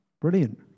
Brilliant